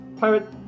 pirate